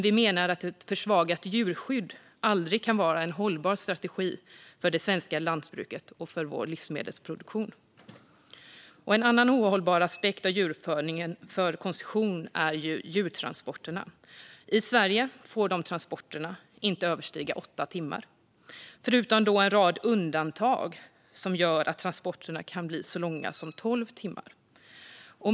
Vi menar att ett försvagat djurskydd aldrig kan vara en hållbar strategi för det svenska lantbruket och vår livsmedelsproduktion. En annan ohållbar aspekt av djuruppfödningen för konsumtion är djurtransporterna. I Sverige får de transporterna inte överstiga åtta timmar förutom vid en rad undantag som gör att transporterna kan bli så långa som tolv timmar.